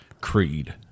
Creed